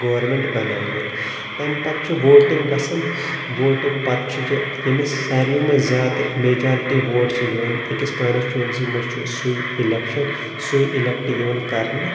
government بنایہن تٔمہِ پتہٕ چھ ووٹِنگ گژھان ووٹِنگ پتہٕ چُھ یہِ ییٚمِس سارِوٕے منٛز زیٛادٕ میجارٹی ووٹ چھ یِوان أکِس کانسٹِچُونسی منٛز چُھ سُے اِلٮ۪ک سُے اِلٮ۪کٹہٕ یِوان کرنہٕ